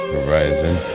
Horizon